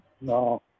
No